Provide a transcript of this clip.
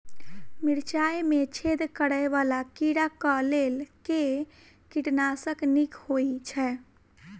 मिर्चाय मे छेद करै वला कीड़ा कऽ लेल केँ कीटनाशक नीक होइ छै?